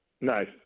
Nice